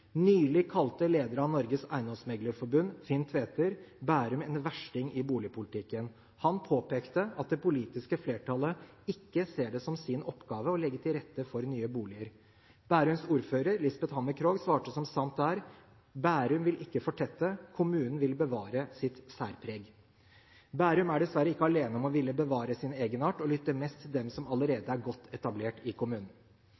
Nylig kalte leder av Norges Eiendomsmeglerforbund, Finn Tveter, Bærum en «versting» i boligpolitikken. Han påpekte at det politiske flertallet «ikke ser det som sin oppgave» å legge til rette for nye boliger. Bærums ordfører Lisbeth Hammer Krog svarte som sant er: «Bærum vil ikke fortette, kommunen vil bevare kommunens særpreg». Bærum er dessverre ikke alene om å ville bevare sin egenart og lytte mest til dem som